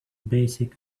basic